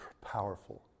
powerful